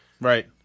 right